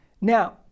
Now